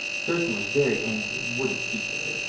curdken was very angry, and wouldn't speak to her.